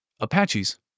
Apaches